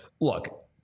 Look